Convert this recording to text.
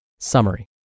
Summary